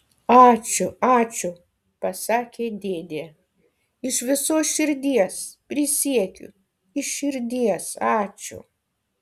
ačiū ačiū pasakė dėdė iš visos širdies prisiekiu iš širdies ačiū